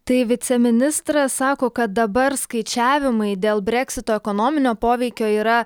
tai viceministras sako kad dabar skaičiavimai dėl breksito ekonominio poveikio yra